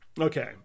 Okay